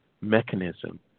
mechanism